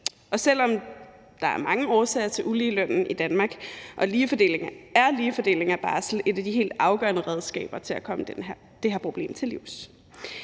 Og selv om der er mange årsager til uligelønnen i Danmark, er lige fordeling af barsel et af de helt afgørende redskaber til at komme det her problem til livs.